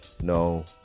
No